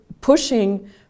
pushing